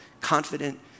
confident